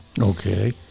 Okay